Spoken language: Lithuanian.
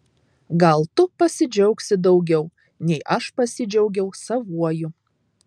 gal tu pasidžiaugsi daugiau nei aš pasidžiaugiau savuoju